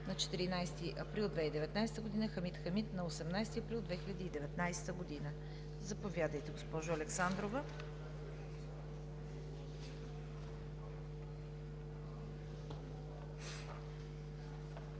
на 14 април 2019 г.; Хамид Хамид на 18 април 2019 г. Заповядайте, госпожо Александрова.